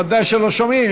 ודאי שלא שומעים,